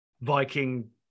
Viking